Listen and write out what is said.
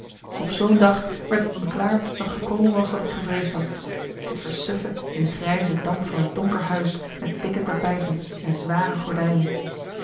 op zoo'n dag werd t me klaar dat gekomen was wat ik gevreesd had het versuffen in de grijze damp van een donker huis met dikke tapijten en zware gordijnen